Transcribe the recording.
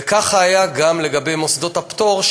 וככה היה גם לגבי מוסדות הפטור,